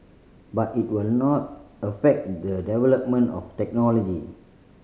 but it will not affect the development of technology